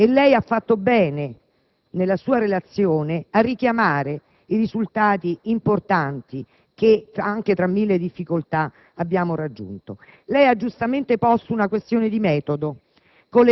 lei ha fatto bene, nella sua relazione, a richiamare i risultati importanti che anche tra mille difficoltà abbiamo raggiunto. Lei ha giustamente posto una questione di metodo: